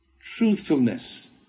truthfulness